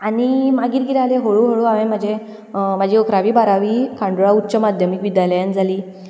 आनी मागीर कितें जालें हळू हळू हांवे म्हजें म्हजी अकरावी बारावी खांडोळा उच्च माध्यामीक विद्यालयांत जाली